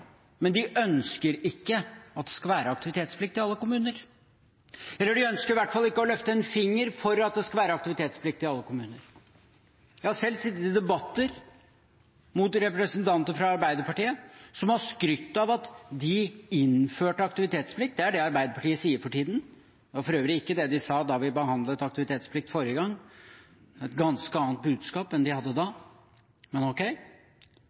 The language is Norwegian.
men de ønsker ikke at det skal være aktivitetsplikt i alle kommuner, eller de ønsker i hvert fall ikke å løfte en finger for at det skal være aktivitetsplikt i alle kommuner. Jeg har selv sittet i debatter med representanter fra Arbeiderpartiet som har skrytt av at de innførte aktivitetsplikt – det er det Arbeiderpartiet sier for tiden. Det var for øvrig ikke det de sa da vi behandlet aktivitetsplikt forrige gang – et ganske annet budskap enn de hadde da, men ok.